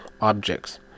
objects